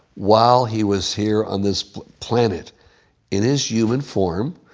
while he was here on this planet in his human form,